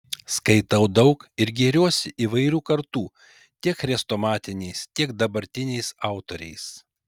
skaitau daug ir gėriuosi įvairių kartų tiek chrestomatiniais tiek dabartiniais autoriais